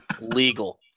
legal